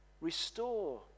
restore